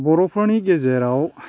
बर'फोरनि गेजेराव